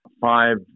five